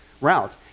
route